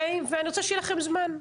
ואני רוצה שיהיה לכם זמן.